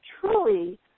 truly